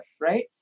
right